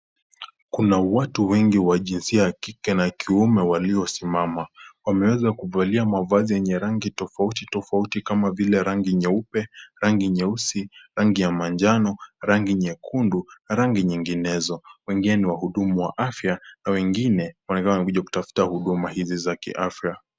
Kuna watu wengi wa jinsia ya kike na kiume waliosimama. Wameweza kuvalia mavazi yenye rangi tofauti tofauti kama vile rangi nyeupe, rangi nyeusi, rangi ya manjano, rangi nyekundu na rangi nyinginezo. Wengine ni wahudumu wa afya na wengine wamekuja kutafuta huduma hizi za kiafya.